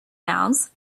nouns